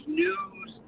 news